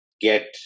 get